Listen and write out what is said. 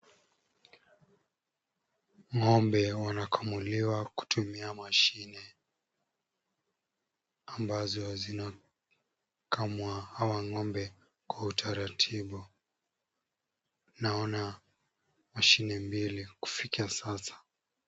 Ngo'mbe wanakamuliwa kutumia mashine, ambazo zina kamwa au ng'ombe kwa utaratibu, naona mashine mbili kufikia sasa.